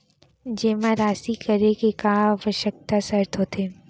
जेमा राशि करे के का आवश्यक शर्त होथे?